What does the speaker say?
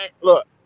look